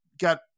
got